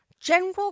general